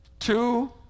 Two